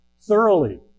thoroughly